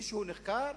מישהו נחקר?